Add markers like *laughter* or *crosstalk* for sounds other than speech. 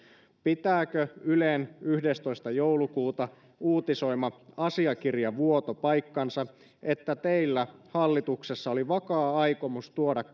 pitääkö ylen yhdestoista joulukuuta uutisoima asiakirjavuoto paikkansa että teillä hallituksessa oli vakaa aikomus tuoda *unintelligible*